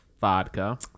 Vodka